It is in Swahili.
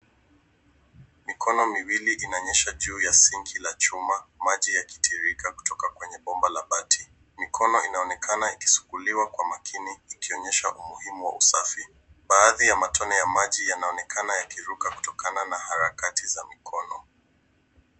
Mikono miwili inaonyesha juu ya sink ya chuma maji yakitiririka kutoka kwenye bomba la bati. Mikono inaonekana ikisuguliwa kwa makini ikionyesha umuhimu wa usafi. Baadhi ya matone ya maji yanaonekana yakiruka kutokana na harakati za mikono.